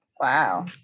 Wow